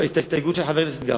ההסתייגות של חבר הכנסת גפני.